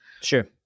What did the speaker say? Sure